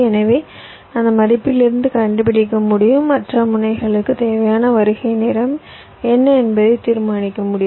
எனவே அந்த மதிப்பிலிருந்து கண்டுபிடிக்க முடியும் மற்ற முனைகளுக்கு தேவையான வருகை நேரம் என்ன என்பதை தீர்மானிக்க முடியும்